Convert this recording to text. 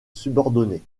subordonné